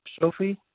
Sophie